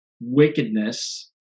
wickedness